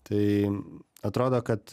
tai atrodo kad